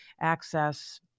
access